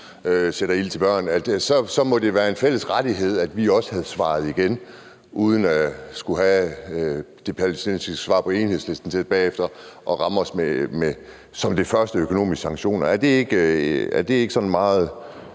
sætter ild til børn, må være en fælles rettighed, at vi også havde svaret igen uden at skulle have det palæstinensiske svar på Enhedslisten tilbage og ramme os med økonomiske sanktioner som det første. Er det ikke sådan meget